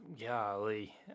Golly